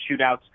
shootouts